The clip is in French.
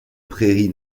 prairie